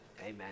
amen